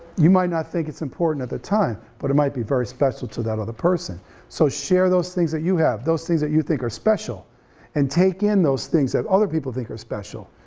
you might not think it's important at the time but it might be very special to that other person so share those things that you have, those things that you think are special and take in those things that other people think are special.